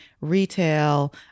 retail